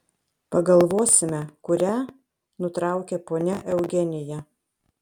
pagalvosime kurią nutraukė ponia eugenija